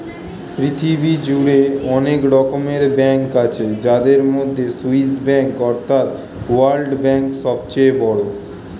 পৃথিবী জুড়ে অনেক রকমের ব্যাঙ্ক আছে যাদের মধ্যে সুইস ব্যাঙ্ক এবং ওয়ার্ল্ড ব্যাঙ্ক সবচেয়ে বড়